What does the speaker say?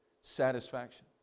satisfaction